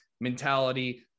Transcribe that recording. mentality